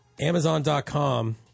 Amazon.com